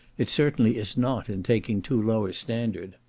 it certainly is not in taking too low a standard.